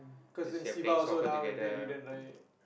cause then siva also another one bedridden right